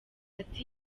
ati